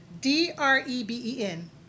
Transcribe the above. D-R-E-B-E-N